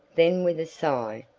then, with a sigh,